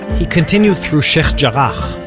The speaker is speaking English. he continued through sheikh jarrah,